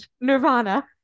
Nirvana